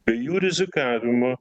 be jų rizikavimo